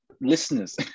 listeners